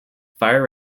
fire